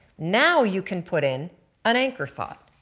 now you can put in an anchor thought.